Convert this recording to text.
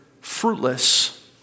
fruitless